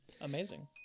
Amazing